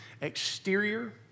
exterior